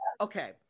okay